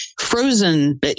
frozen